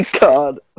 God